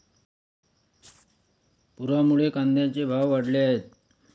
पुरामुळे कांद्याचे भाव वाढले आहेत